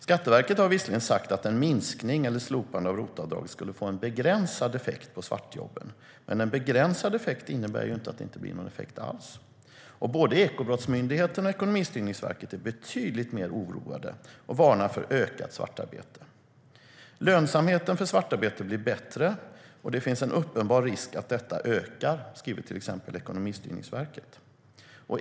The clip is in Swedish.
Skatteverket har visserligen sagt att en minskning eller ett slopande av ROT-avdraget skulle få en begränsad effekt på svartjobben, men en begränsad effekt innebär ju inte att det inte blir någon effekt alls. Både Ekobrottsmyndigheten och Ekonomistyrningsverket är betydligt mer oroade och varnar för ökat svartarbete. Lönsamheten för svartarbete blir bättre, och det finns en uppenbar risk att detta ökar, skriver till exempel Ekonomistyrningsverket.